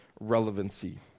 relevancy